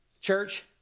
church